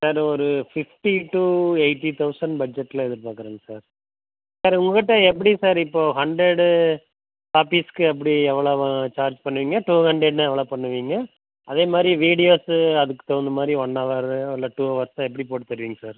sir ஒரு fifty to eighty thousand பட்ஜெட்டில் எதிர்பாக்கறேங்க சார் சார் உங்கள்கிட்ட எப்படி சார் இப்போ ஹண்ட்ரேடு காப்பீஸ்க்கு எப்படி எவ்வளோ வ சார்ஜ் பண்ணுவீங்க டூ ஹண்ட்ரேட்னா எவ்வளோ பண்ணுவீங்க அதேமாதிரி வீடியோஸு அதுக்கு தகுந்த மாதிரி ஒன் ஹவரு இல்ல டூ ஹவர்ஸாக எப்படி போட்டுத்தருவீங்க சார்